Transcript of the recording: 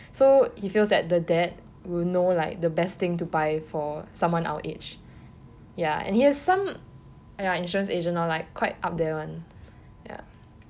so he feels that the dad will know like the best thing to buy for someone our age ya and he is some ya insurance agent lor like quite up there [one] ya